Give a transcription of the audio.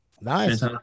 Nice